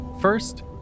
First